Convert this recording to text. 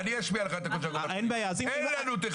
אני אשמיע לך את הקול של קופות החולים: אין לנו,